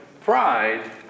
Pride